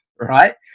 right